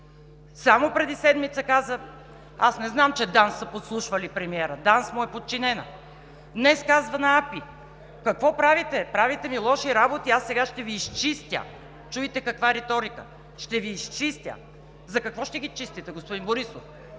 Само преди седмица каза: „Аз не знам, че ДАНС са подслушвали премиера.“ ДАНС му е подчинена. Днес казва на АПИ: „Какво правите? Правите ми лоши работи и аз сега ще Ви изчистя.“ Чуйте каква риторика – ще Ви изчистя! За какво ще ги чистите, господин Борисов?